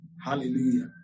Hallelujah